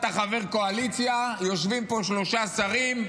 אתה חבר קואליציה, יושבים פה שלושה שרים,